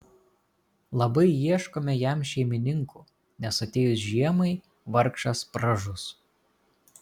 labai ieškome jam šeimininkų nes atėjus žiemai vargšas pražus